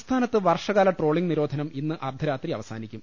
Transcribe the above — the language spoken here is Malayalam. സംസ്ഥാനത്ത് വർഷകാല ട്രോളിംഗ് നിരോധനം ഇന്ന് അർധരാത്രി അവസാനിക്കും